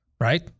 right